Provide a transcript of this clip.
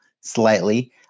slightly